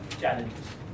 challenges